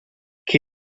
che